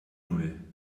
null